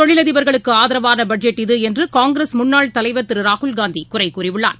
தொழிலதிபா்களுக்கு ஆதரவான பட்ஜெட் இது என்று காங்கிரஸ் முன்னாள் தலைவர் திரு ராகுல்காந்தி குறை கூறியுள்ளார்